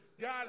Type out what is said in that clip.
God